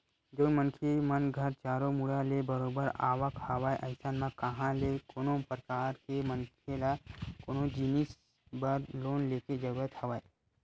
जउन मनखे मन घर चारो मुड़ा ले बरोबर आवक हवय अइसन म कहाँ ले कोनो परकार के मनखे ल कोनो जिनिस बर लोन लेके जरुरत हवय